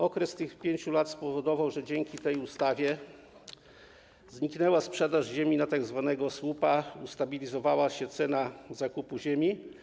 Okres tych 5 lat spowodował, że dzięki tej ustawie zniknęła sprzedaż ziemi na tzw. słupa, ustabilizowała się cena zakupu ziemi.